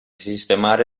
sistemare